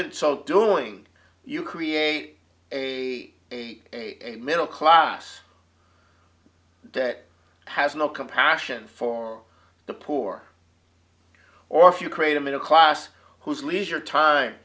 in so doing you create a a a middle class that has no compassion for the poor or if you create a middle class whose leisure time